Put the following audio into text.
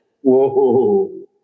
Whoa